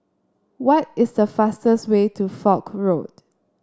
why is the fastest way to Foch Road